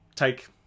take